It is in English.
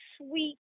sweet